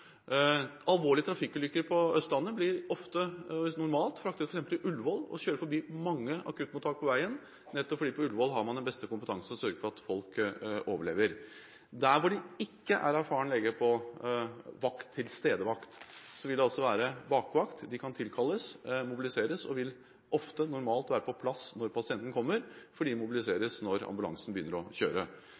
alvorlige trafikkulykker på Østlandet blir ofte normalt fraktet til Ullevål og kjører forbi mange akuttmottak på veien, nettopp fordi på Ullevål har man den beste kompetansen som sørger for at folk overlever. Der hvor det ikke er erfarne leger på tilstedevakt, vil det være bakvakt, som kan tilkalles og mobiliseres. De vil ofte normalt være på vakt når pasienten kommer, fordi de mobiliseres når ambulansen begynner å kjøre.